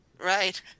Right